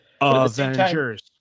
Avengers